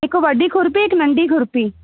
हिक वॾी खुरिपी हिक नंढी खुरिपी